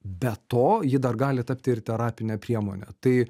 be to ji dar gali tapti ir terapine priemone tai